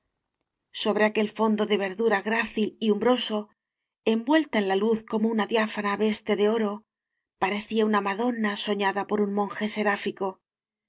sobre aquel fondo de verdura grácil y umbroso envuelta en la luz como en diáfana veste de oro parecía una madona soñada por un monje seráfico